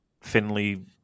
Finley